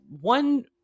One